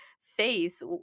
face